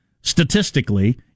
statistically